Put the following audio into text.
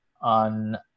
on